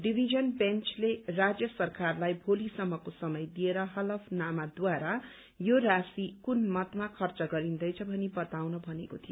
division बेन्चले राज्य सरकारलाई भोलीसम्मको समय दिएर हलफनामाद्वारा यो राशी कुनै मतमा खर्च गरिन्दैछ भनी बताउन भनेको थियो